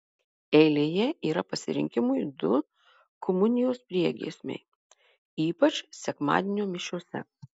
eilėje yra pasirinkimui du komunijos priegiesmiai ypač sekmadienio mišiose